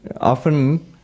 Often